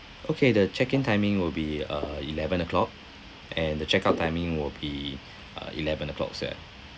okay the check in timing will be uh eleven O'clock and the check out timing will be uh eleven O'clock as well